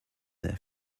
their